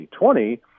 2020